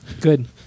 Good